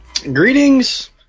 Greetings